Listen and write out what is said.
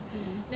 mmhmm